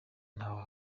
ntawe